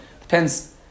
Depends